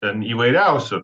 ten ivairausių